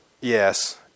yes